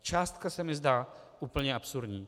Částka se mi zdá úplně absurdní.